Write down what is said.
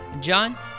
John